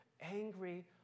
angry